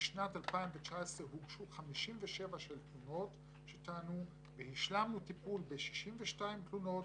בשנת 2019 הוגשו 57 תלונות והשלמנו טיפול ב-62 תלונות